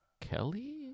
Kelly